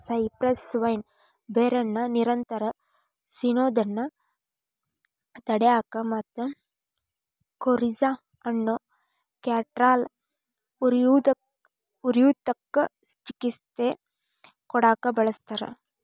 cypress vine ಬೇರನ್ನ ನಿರಂತರ ಸಿನೋದನ್ನ ತಡ್ಯಾಕ ಮತ್ತ ಕೋರಿಜಾ ಅನ್ನೋ ಕ್ಯಾಟರಾಲ್ ಉರಿಯೂತಕ್ಕ ಚಿಕಿತ್ಸೆ ಕೊಡಾಕ ಬಳಸ್ತಾರ